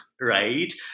right